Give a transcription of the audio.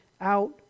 out